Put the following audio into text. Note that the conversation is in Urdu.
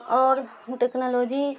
اور ٹیکنالوجی